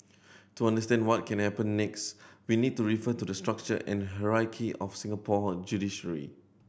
to understand what can happen next we need to refer to the structure and hierarchy of Singapore's judiciary